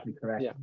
correct